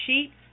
sheep